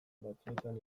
batzuetan